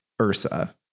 Ursa